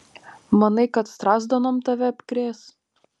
manai kad strazdanom tave apkrės